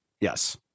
yes